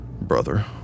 Brother